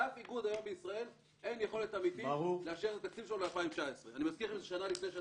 לאף איגוד היום בישראל אין יכולת אמיתית לאשר את התקציב שלו ל-2019.